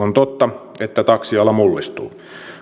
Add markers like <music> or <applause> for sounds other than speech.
<unintelligible> on totta että taksiala mullistuu